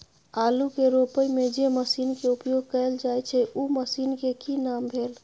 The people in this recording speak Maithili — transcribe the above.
आलू के रोपय में जे मसीन के उपयोग कैल जाय छै उ मसीन के की नाम भेल?